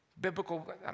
Biblical